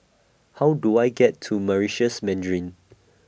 How Do I get to Meritus Mandarin